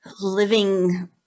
living